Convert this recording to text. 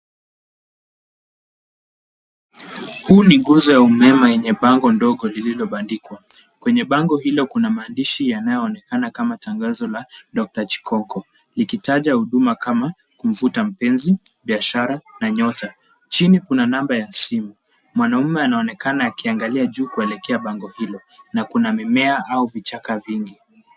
Huu ni nguzo ya umeme yenye bango ndogo lilo bandikwa kwenye bango hilo kuna maandishi yanayo onekana kama tangazo la, (cs)doctor chikoko . Likitaja huduma kama kumvuta mpenzi, biashara na nyota. Chini kuna namba ya simu. mwanaume anaonekana akiangalia juu kuelekea bango hilo na kuna mimea au vichaka vingi.